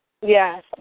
Yes